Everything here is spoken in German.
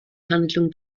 handlung